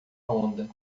onda